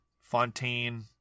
Fontaine